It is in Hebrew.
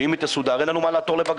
שאם היא תסודר אז אין לנו מה לעתור לבג"ץ.